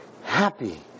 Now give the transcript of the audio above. happy